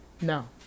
No